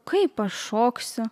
kaip aš šoksiu